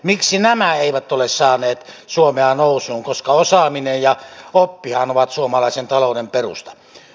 miksi nämä eivät ole saaneet suomea nousuun koska osaaminen ja oppihan ovat suomalaisen talouden perusta